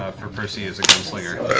for percy as a gunslinger.